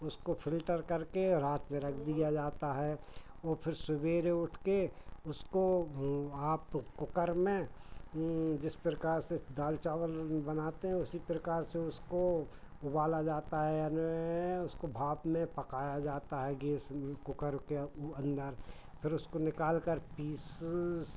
उसको फ़िल्टर करके रात में रख दिया जाता है वह फिर सुवेरे उठकर उसको आप कुकर में जिस प्रकार से दाल चावल बनाते हैं उसी प्रकार से उसको उबाला जाता है यानी उसको भाप में पकाया जाता है गैस में कुकर के अंदर फिर उसको निकाल कर पीस